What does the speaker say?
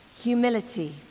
humility